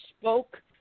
spoke